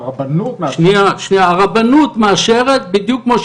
שהרבנות מאשרת.